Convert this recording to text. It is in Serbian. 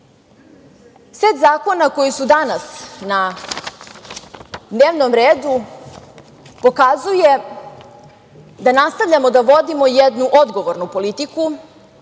zakona koji su danas na dnevnom redu pokazuje da nastavljamo da vodimo jednu odgovornu politiku,